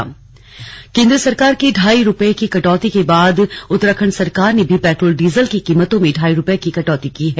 petrol Uttarakhand केंद्र सरकार के ढाई रुपये की कटौती के बाद उत्तराखंड सरकार ने भी पेट्रोल डीजल की कीमतों में ढाई रुपये की कटौती की है